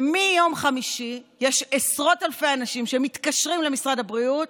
ומיום חמישי יש עשרות אלפי אנשים שמתקשרים למשרד הבריאות,